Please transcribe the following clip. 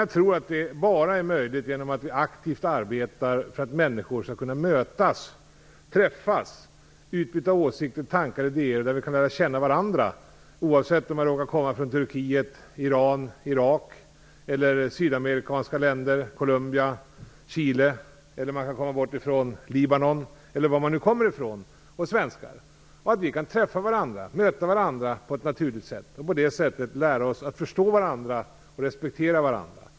Jag tror att det bara är möjligt genom att vi aktivt arbetar för att människor skall kunna mötas, träffas och utbyta åsikter, tankar och idéer, där vi kan lära känna varandra, oavsett om vi kommer från Turkiet, Iran, Irak, Libanon, sydamerikanska länder, som Columbia och Chile, eller från Sverige. Vi skall kunna träffa varandra och möta varandra på ett naturligt sätt och därigenom lära oss att förstå varandra och respektera varandra.